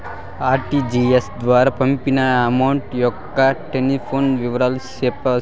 RTGS ద్వారా పంపిన amount యొక్క ట్రాన్స్ఫర్ వివరాలు సెప్తారా